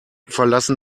verlassen